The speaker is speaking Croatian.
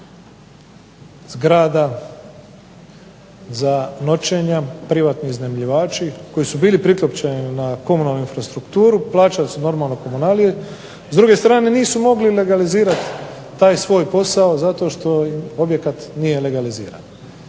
zgrada za noćenja, privatni iznajmljivači koji su bili prikopčani na komunalnu infrastrukturu, plaćali su normalno komunalije. S druge strane nisu mogli legalizirati taj svoj posao zato što im objekat nije legaliziran.